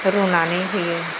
रुनानै होयो